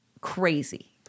crazy